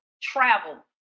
travel